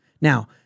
Now